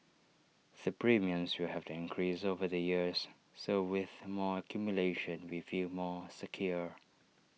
the premiums will have to increase over the years so with more accumulation we feel more secure